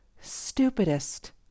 stupidest